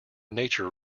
nature